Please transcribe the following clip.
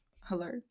Hello